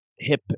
hip